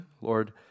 Lord